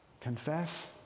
Confess